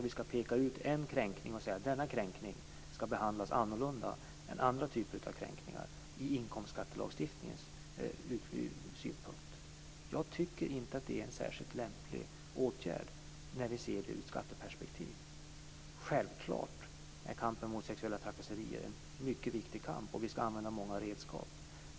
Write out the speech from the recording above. Vi skall peka ut en kränkning och säga att denna kränkning skall behandlas annorlunda än andra typer av kränkningar ur inkomstskattelagstiftningens synpunkt. Jag tycker inte att det är en särskilt lämplig åtgärd, när vi ser det ur skatteperspektiv. Självklart är kampen mot sexuella trakasserier en mycket viktig kamp, och vi skall använda många redskap.